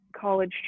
college